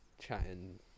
chatting